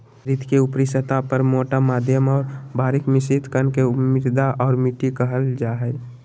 धरतीके ऊपरी सतह पर मोटा मध्यम और बारीक मिश्रित कण के मृदा और मिट्टी कहल जा हइ